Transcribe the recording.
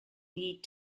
need